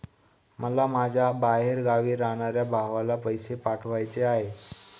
मला माझ्या बाहेरगावी राहणाऱ्या भावाला पैसे पाठवायचे आहे